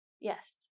yes